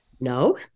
No